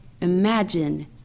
Imagine